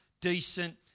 decent